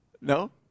no